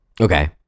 Okay